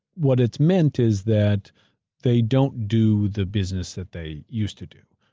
what it's meant is that they don't do the business that they used to do.